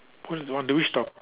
whi~ or do we stop